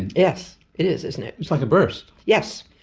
yes, it is isn't it. it's like a burst. yes.